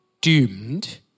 doomed